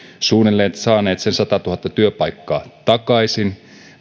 suunnilleen sen satatuhatta työpaikkaa takaisin